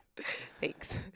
thanks